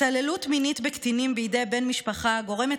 התעללות מינית בקטינים בידי בן משפחה גורמת